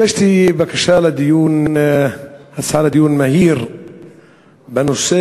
הגשתי בקשה להצעה לדיון מהיר בנושא: